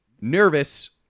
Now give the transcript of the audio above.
nervous